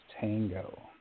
tango